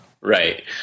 Right